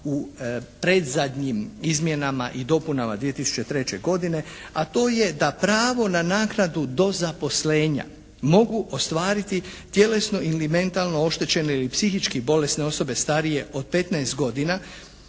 u predzadnjim izmjenama i dopunama 2003. godine, a to je da pravo na naknadu do zaposlenja mogu ostvariti tjelesno ili mentalno oštećene ili psihički bolesne osobe starije od 15 godina.